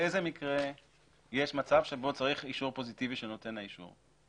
באיזה מקרה יש מצב שבו צריך אישור פוזיטיבי של נותן האישור?